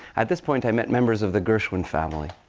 at this point, i met members of the gershwin family.